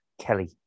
Kelly